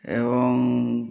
ଏବଂ